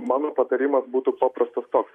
mano patarimas būtų paprastas toks